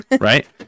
right